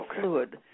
fluid